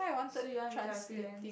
so you want to become a freelance